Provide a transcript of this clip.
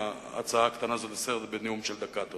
להצעה הקטנה הזאת לסדר בנאום של דקה.